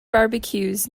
barbecues